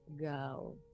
go